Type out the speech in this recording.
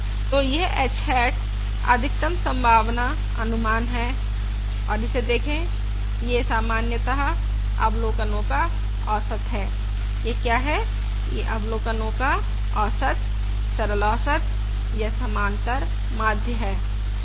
तो यह h hat अधिकतम संभावना अनुमान है और इसे देखें यह सामान्यता अवलोकनो का औसत है यह क्या है यह अवलोकनो का औसत सरल औसत या समांतर माध्य है